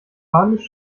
panisch